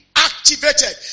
activated